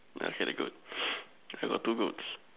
I see the goats I got two goats